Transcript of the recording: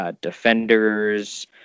defenders